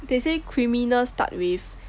they say criminal start with